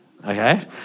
Okay